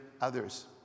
others